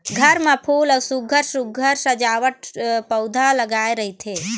घर म फूल अउ सुग्घर सुघ्घर सजावटी पउधा लगाए रहिथे